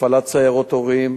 הפעלת סיירות הורים,